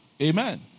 Amen